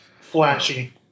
Flashy